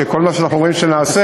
שכל מה שאנחנו אומרים שנעשה,